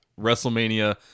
WrestleMania